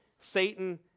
Satan